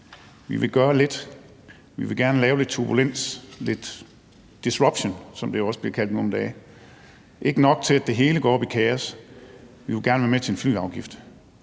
vi vil gøre lidt, vi vil gerne vil lave lidt turbulens, lidt disruption – som det jo også bliver kaldt nu om dage – men ikke nok til at det hele går op i kaos? Så kunne man sige, at